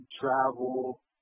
travel